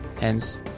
hence